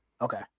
Okay